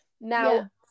now